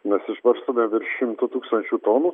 mes išbarstome virš šimto tūkstančių tonų